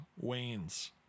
wanes